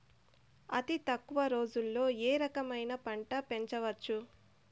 అతి తక్కువ రోజుల్లో ఏ రకమైన పంట పెంచవచ్చు?